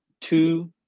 two